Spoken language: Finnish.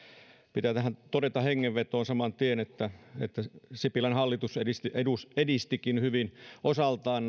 pitää todeta tähän hengenvetoon saman tien että sipilän hallitus edistikin hyvin osaltaan